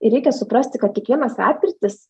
ir reikia suprasti kad kiekvienas atkrytis